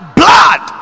blood